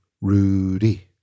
rudy